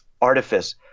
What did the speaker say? artifice